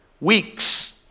Weeks